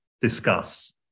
Discuss